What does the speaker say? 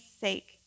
sake